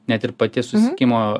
net ir pati susisiekimo